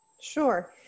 Sure